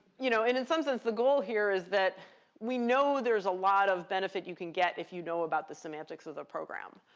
you know in in some sense, the goal here is that we know there's a lot of benefit you can get if you know about the semantics of the program.